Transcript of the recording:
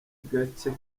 gacye